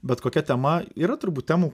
bet kokia tema yra turbūt temų